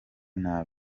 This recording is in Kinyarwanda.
nabi